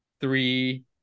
three